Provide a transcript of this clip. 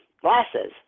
glasses